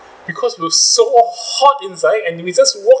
because we were so hot inside and we just walk